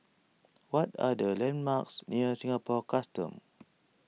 what are the landmarks near Singapore Customs